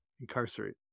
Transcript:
Incarcerate